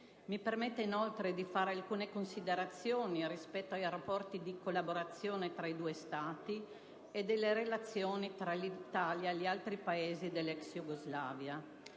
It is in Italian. Mi permetto inoltre di svolgere alcune considerazioni rispetto ai rapporti di collaborazione tra i due Stati ed alle relazioni tra l'Italia e gli altri Paesi dell'ex Jugoslavia.